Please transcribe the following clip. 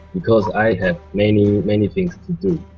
because i have many, many things to do.